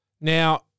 Now